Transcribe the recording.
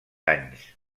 anys